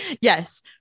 Yes